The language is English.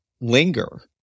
linger